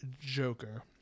Joker